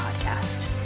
podcast